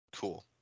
Cool